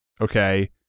okay